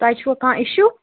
تۄہہِ چھُوٕ کانٛہہ اِشوٗ